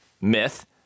myth